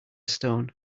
stone